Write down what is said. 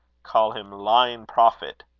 call him lying prophet,